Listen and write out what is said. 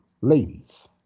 ladies